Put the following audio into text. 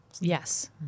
Yes